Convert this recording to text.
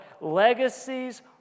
legacies